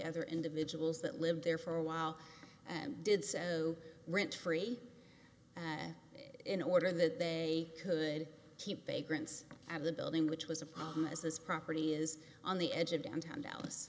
other individuals that lived there for a while and did so rent free and in order that they could keep a grants out of the building which was a problem as this property is on the edge of downtown dallas